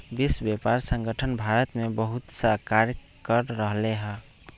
विश्व व्यापार संगठन भारत में बहुतसा कार्य कर रहले है